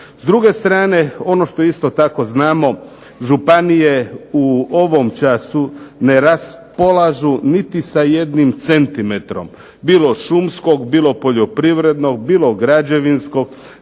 S druge strane, ono što isto tako znamo, županije u ovom času ne raspolažu niti sa jednim centimetrom bilo šumskog, bilo poljoprivrednog, bilo građevinskog,